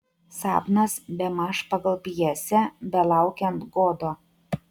sapnas bemaž pagal pjesę belaukiant godo